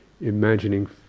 imagining